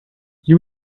you